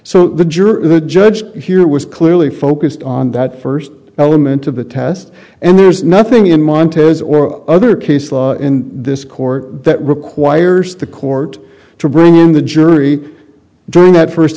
jury the judge here was clearly focused on that first element of the test and there's nothing in montana's or other case law in this court that requires the court to bring in the jury during that first